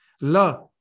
La